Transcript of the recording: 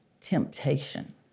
temptation